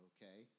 Okay